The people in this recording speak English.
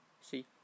See